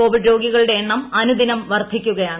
Covid രോഗികളുടെ എണ്ണം അനുദിനം വർദ്ധിക്കുകയാണ്